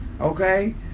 Okay